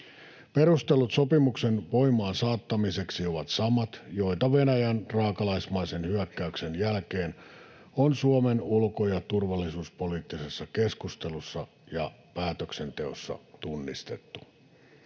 Perustelut sopimuksen voimaansaattamiseksi ovat samat, joita Venäjän raakalaismaisen hyökkäyksen jälkeen on Suomen ulko- ja turvallisuuspoliittisessa keskustelussa ja päätöksenteossa tunnistettu.